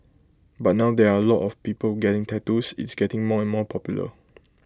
but now there are A lot of people getting tattoos it's getting more and more popular